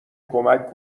کمک